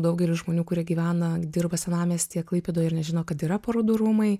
daugelį žmonių kurie gyvena dirba senamiestyje klaipėdoje ir nežino kad yra parodų rūmai